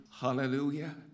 Hallelujah